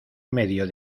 medio